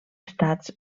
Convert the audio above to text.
estats